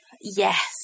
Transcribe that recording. Yes